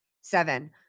Seven